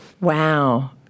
Wow